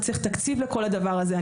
צריך תקציב לכל הדבר הזה.